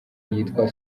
yitwa